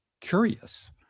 curious